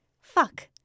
Fuck